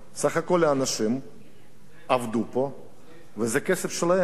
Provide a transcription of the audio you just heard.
סך הכול האנשים עבדו פה וזה כסף שלהם,